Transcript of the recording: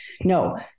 No